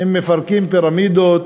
הם מפרקים פירמידות,